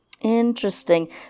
Interesting